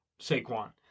Saquon